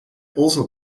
also